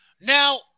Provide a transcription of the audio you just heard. Now